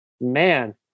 Man